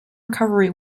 recovery